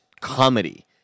comedy